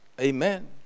amen